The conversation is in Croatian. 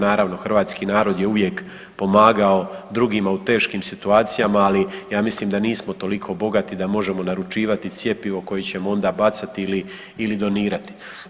Naravno hrvatski narod je uvijek pomagao drugima u teškim situacijama, ali ja mislim da nismo toliko bogati da možemo naručivati cjepivo koje ćemo onda bacati ili donirati.